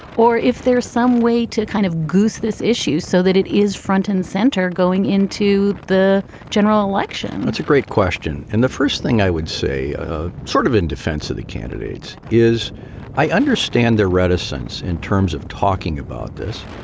or if there's some way to kind of goose this issue so that it is front and center going into the general election that's a great question. and the first thing i would say ah sort of in defense of the candidates is i understand their reticence in terms of talking about this,